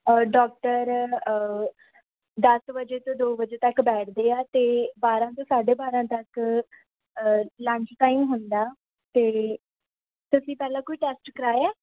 doctor ਦਸ ਵਜੇ ਤੋਂ ਦੋ ਵਜੇ ਤੱਕ ਬੈਠਦੇ ਆ ਅਤੇ ਬਾਰਾਂ ਤੋਂ ਸਾਢੇ ਬਾਰਾਂ ਤੱਕ ਲੰਚ ਟਾਈਮ ਹੁੰਦਾ ਅਤੇ ਤੁਸੀਂ ਪਹਿਲਾਂ ਕੋਈ ਟੈਸਟ ਕਰਵਾਇਆ